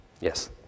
yes